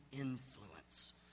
influence